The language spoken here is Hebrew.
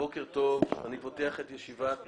מתכבד לפתוח את ישיבת